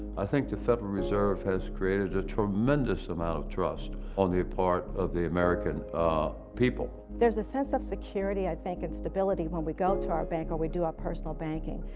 i think the federal reserve has created a tremendous amount of trust on the part of the american people. there's a sense of security, i think, and stability, when we go to our bank or we do our personal banking.